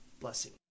Blessing